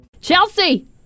chelsea